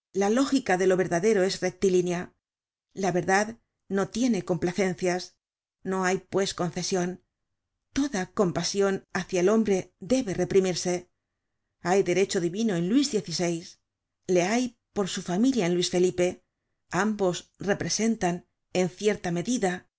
la lógica de lo verdadero es rectilínea la verdad no tiene complacencias no hay pues concesion toda compasion hácia el hombre debe reprimirse hay derecho divino en luis xvi le hay por su familia en luis felipe ambos representan en cierta medida